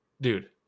Dude